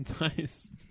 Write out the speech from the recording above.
nice